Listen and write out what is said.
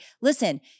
listen